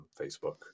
facebook